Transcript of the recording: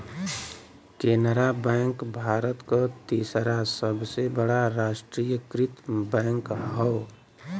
Canara bank Bharat क तीसरा सबसे बड़ा राष्ट्रीयकृत बैंक हौ